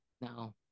No